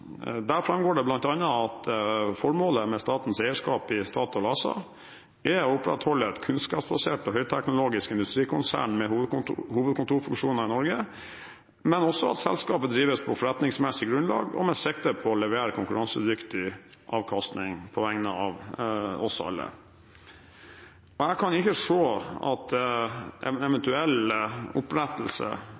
Der framgår det bl.a. at formålet med statens eierskap i Statoil ASA er å opprettholde et kunnskapsbasert og høyteknologisk industrikonsern med hovedkontorfunksjoner i Norge, men også at selskapet drives på forretningsmessig grunnlag og med sikte på å levere konkurransedyktig avkastning på vegne av oss alle. Jeg kan ikke se at en eventuell opprettelse